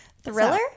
Thriller